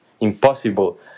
impossible